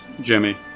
Jimmy